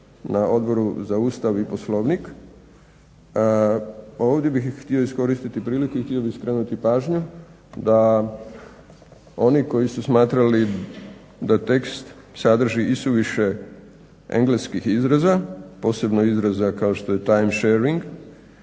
na Odboru za Ustav i Poslovnik ovdje bih htio iskoristiti priliku i htio bih skrenuti pažnju da oni koji su smatrali da tekst sadrži isuviše engleskih izraza, posebno izraza kao što je time sharing